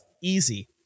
easy